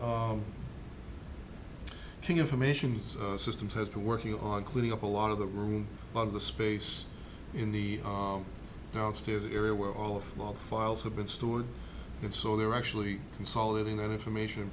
king information systems had to working on clearing up a lot of the room a lot of the space in the downstairs area where all of log files have been stored and so they're actually consolidating that information and